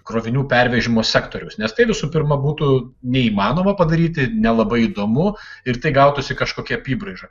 krovinių pervežimo sektorius nes tai visų pirma būtų neįmanoma padaryti nelabai įdomu ir tai gautųsi kažkokia apybraiža